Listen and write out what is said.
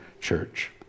church